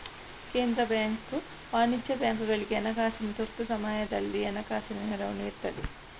ಕೇಂದ್ರ ಬ್ಯಾಂಕು ವಾಣಿಜ್ಯ ಬ್ಯಾಂಕುಗಳಿಗೆ ಹಣಕಾಸಿನ ತುರ್ತು ಸಮಯದಲ್ಲಿ ಹಣಕಾಸಿನ ನೆರವು ನೀಡ್ತದೆ